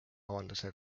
avalduse